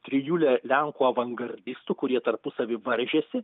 trijulė lenkų avangardistų kurie tarpusavy varžėsi